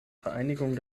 vereinigung